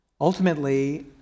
Ultimately